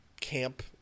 camp